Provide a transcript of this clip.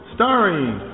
Starring